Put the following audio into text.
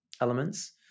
elements